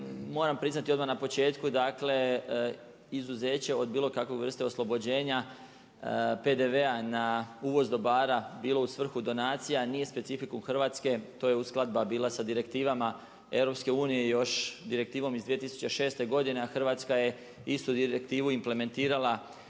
Moram priznati odmah na početku dakle, izuzeće od bilo kakve vrste oslobođenja PDV-a na uvoz dobara bilo u svrhu donacija, nije specifikum Hrvatske, to je uskladba bila sa direktivama EU-a još direktivom iz 2006. godine, a Hrvatska je istu direktivu implementirala